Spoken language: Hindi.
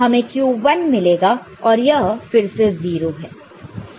हमें q1 मिलेगा और यह फिर से 0 है